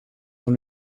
dans